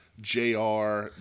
jr